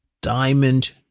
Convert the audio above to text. Diamond